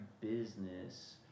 business